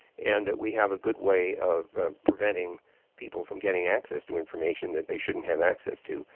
and that we have a good way of preventing people from getting access to information that they shouldn't have access to.